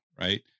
right